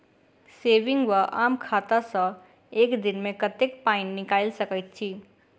Saving वा आम खाता सँ एक दिनमे कतेक पानि निकाइल सकैत छी?